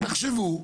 תחשבו.